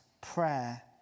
prayer